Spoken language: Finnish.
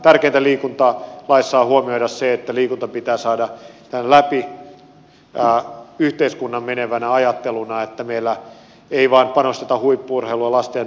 tärkeintä liikuntalaissa on huomioida se että liikunta pitää saada läpi yhteiskunnan menevänä ajatteluna että meillä ei panosteta vain huippu urheiluun ja lasten ja nuorten urheiluun